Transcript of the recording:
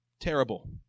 terrible